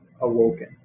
awoken